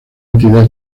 entidad